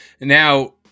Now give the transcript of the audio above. Now